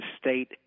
state